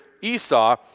Esau